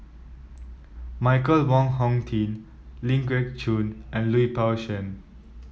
Michael Wong Hong Teng Ling Geok Choon and Lui Pao Chuen